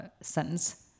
sentence